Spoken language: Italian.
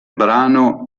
brano